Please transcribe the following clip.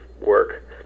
work